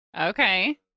Okay